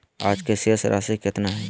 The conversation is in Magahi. आज के शेष राशि केतना हइ?